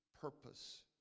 purpose